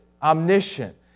omniscient